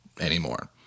anymore